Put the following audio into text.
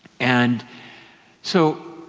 and so